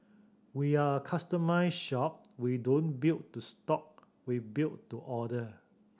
we are a customised shop we don't build to stock we build to order